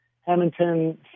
Hamilton